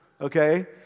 okay